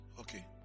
Okay